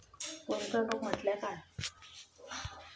गुंतवणूक म्हटल्या काय?